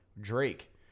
Drake